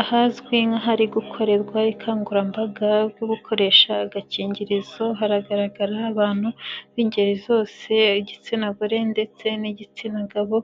Ahazwi nk'ahari gukorerwa ikangurambaga ryogukoresha agakingirizo hagaragara abantu b'ingeri zose igitsina gore ndetse n'igitsina gabo